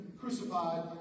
crucified